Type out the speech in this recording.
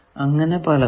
അങ്ങനെ പലതും